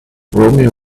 romeo